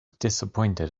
disappointed